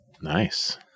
Nice